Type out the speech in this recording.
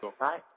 right